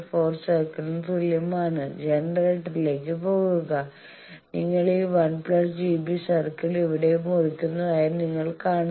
4 സർക്കിളിന് തുല്യമാണ് ജനറേറ്ററിലേക്ക് പോകുക നിങ്ങൾ ഈ 1 j B സർക്കിൾ ഇവിടെ മുറിക്കുന്നതായി നിങ്ങൾ കാണുന്നു